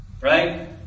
Right